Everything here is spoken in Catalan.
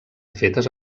fetes